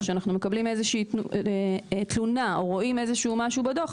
או שאנחנו מקבלים איזושהי תלונה או רואים משהו בדוח,